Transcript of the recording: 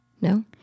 No